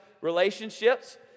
relationships